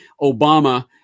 Obama